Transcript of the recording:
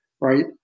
right